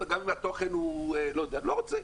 אני לא רוצה.